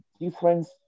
difference